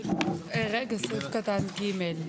סעיף קטן ג'.